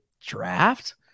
draft